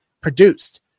produced